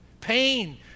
Pain